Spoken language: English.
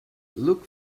look